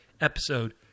episode